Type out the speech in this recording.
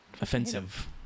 offensive